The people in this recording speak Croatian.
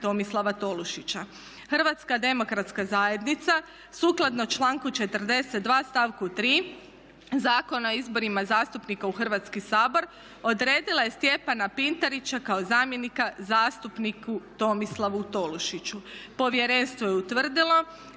Tomislava Tolušića. Hrvatska demokratska zajednica sukladno članku 42. stavku 3. Zakona o izborima zastupnika u Hrvatski sabor odredila je Stjepana Pintarića kao zamjenika zastupniku Tomislavu Tolušiću. Povjerenstvo je utvrdilo